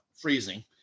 freezing